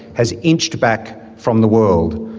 has inched back from the world,